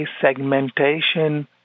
segmentation